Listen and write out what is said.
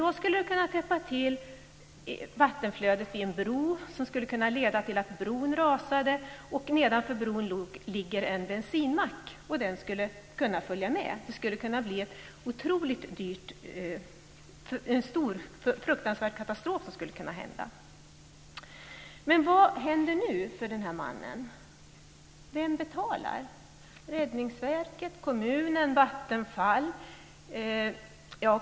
Då skulle det kunna täppa till vattenflödet vid en bro, vilket skulle kunna leda till att bron rasade, och nedanför ligger en bensinmack, vilken skulle kunna följa med. Det skulle kunna leda till en fruktansvärd katastrof. Men vad händer nu för den här mannen? Vem betalar. Är det Räddningsverket, kommunen eller Vattenfall?